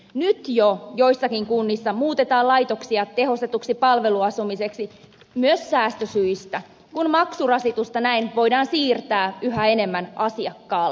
nyt jo joissakin kunnissa muutetaan laitoksia tehostetuksi palveluasumiseksi myös säästösyistä kun maksurasitusta näin voidaan siirtää yhä enemmän asiakkaalle